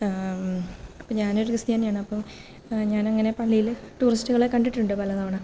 അപ്പോള് ഞനൊരു ക്രിസ്ത്യാനിയാണ് അപ്പോള് ഞാനങ്ങനെ പള്ളിയില് ടൂറിസ്റ്റുകളെ കണ്ടിട്ടുണ്ട് പല തവണ